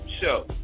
show